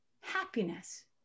happiness